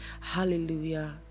Hallelujah